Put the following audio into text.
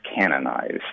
canonized